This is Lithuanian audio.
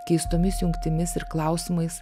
keistomis jungtimis ir klausimais